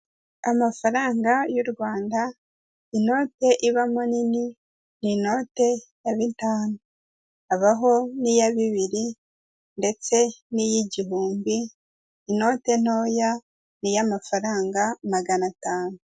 Amafaranga y'u Rwanda, inote ibamo nini ni inote ya bitanu, habaho n'iya bibiri ndetse n'iy'igihumbi, inote ntoya n'iy'amafaranga maganatanu.